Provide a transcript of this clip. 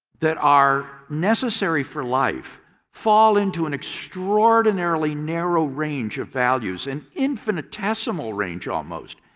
that are necessary for life fall into an extraordinarily narrow range of values, an infinitesimal range almost,